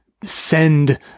send